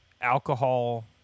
alcohol